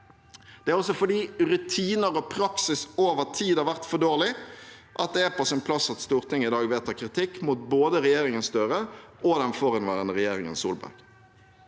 Det er også fordi rutiner og praksis over tid har vært for dårlig det er på sin plass at Stortinget i dag vedtar kritikk mot både regjeringen Støre og den forhenværende regjeringen Solberg.